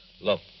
look